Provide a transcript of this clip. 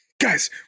Guys